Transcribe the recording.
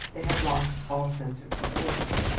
they had lost all sense of proportion.